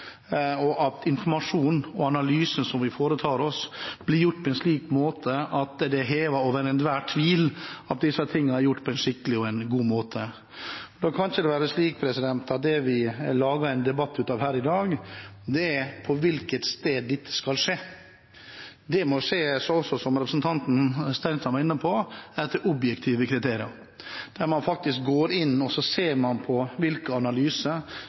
og at informasjonen som blir gitt og analysen som vi foretar oss, skjer på en slik måte at det er hevet over enhver tvil at disse tingene er gjort på en skikkelig og god måte. Da kan det ikke være slik at vi her i dag lager en debatt av på hvilket sted dette skal skje. Det må skje, som også representanten Stensland var inne på, etter objektive kriterier, der man går inn og ser på hvilke